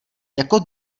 jako